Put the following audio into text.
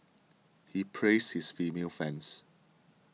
he praises his female fans